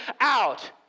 out